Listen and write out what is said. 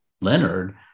Leonard